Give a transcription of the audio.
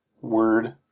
word